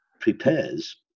prepares